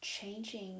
changing